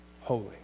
holy